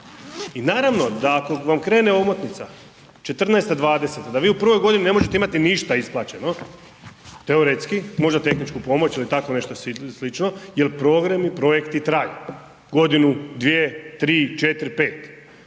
I naravno da ako vam krene omotnica '14./'20. da vi u prvoj godini ne možete imati ništa isplaćeno, teoretski, možda tehničku pomoć ili tako nešto slično jer programi i projekti traju, godinu, dvije, tri,